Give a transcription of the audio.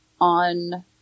on